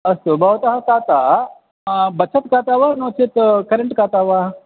अस्तु भवतः काता बचत् काता वा नो चेत् करेण्ट् काता वा